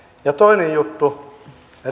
ja toinen juttu